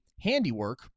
handiwork